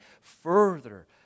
further